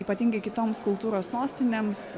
ypatingai kitoms kultūros sostinėms